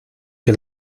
que